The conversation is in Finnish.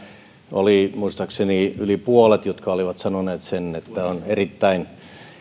oli muistaakseni yli puolet jotka olivat sanoneet sen että on erittäin